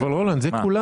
אבל רולנד, הרי אלה כולם.